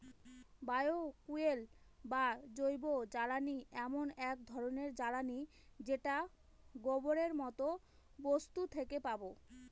বায় fuel বা জৈবজ্বালানী এমন এক ধরনের জ্বালানী যেটা গোবরের মতো বস্তু থেকে পাবো